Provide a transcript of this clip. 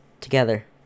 together